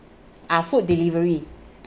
uh food delivery